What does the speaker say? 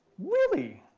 really?